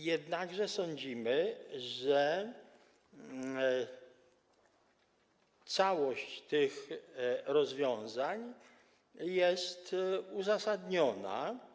Jednakże sądzimy, że całość tych rozwiązań jest uzasadniona.